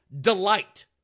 delight